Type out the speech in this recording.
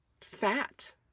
fat